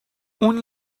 اون